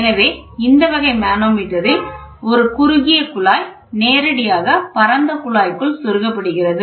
எனவே இந்த வகை மனோமீட்டரில் ஒரு குறுகிய குழாய் நேரடியாக பரந்த குழாய்க்குள் செருகப்படுகிறது